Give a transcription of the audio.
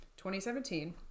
2017